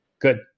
Good